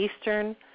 Eastern